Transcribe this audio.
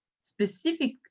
specific